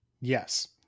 Yes